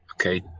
Okay